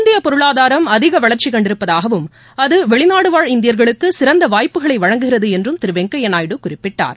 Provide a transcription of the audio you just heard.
இந்திய பொருளாதாரம் அதிக வளா்ச்சி கண்டிருப்பதாகவும் அது வெளிநாடுவாழ் இந்தியா்களுக்கு சிறந்த வாய்ப்புக்களை வழங்குகிறது என்றும் திரு வெங்கையா நாயுடு குறிப்பிட்டார்